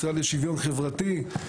משרד לשוויון חברתי,